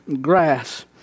grass